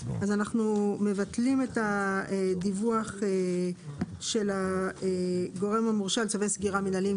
אנחנו מבטלים את הדיווח של הגורם המורשה על צווי סגירה מינהליים,